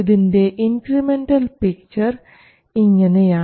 ഇതിൻറെ incremental picture ഇങ്ങനെയാണ്